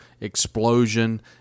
explosion